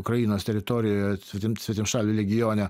ukrainos teritorijoje svetim svetimšalių legione